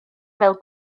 fel